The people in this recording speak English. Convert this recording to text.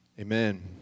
Amen